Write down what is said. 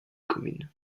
commune